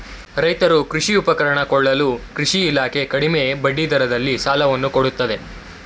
ರೈತರು ಕೃಷಿ ಉಪಕರಣ ಕೊಳ್ಳಲು ಕೃಷಿ ಇಲಾಖೆ ಕಡಿಮೆ ಬಡ್ಡಿ ದರದಲ್ಲಿ ಸಾಲವನ್ನು ಕೊಡುತ್ತದೆ